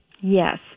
Yes